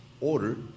order